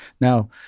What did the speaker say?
now